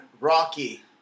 Rocky